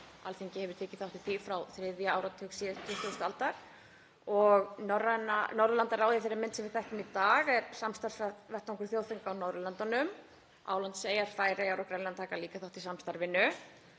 Alþingi hefur tekið þátt í því frá þriðja áratug 20. aldar. Norðurlandaráð í þeirri mynd sem við þekkjum í dag er samstarfsvettvangur þjóðþinga á Norðurlöndunum. Álandseyjar, Færeyjar og Grænland taka líka þátt í samstarfinu.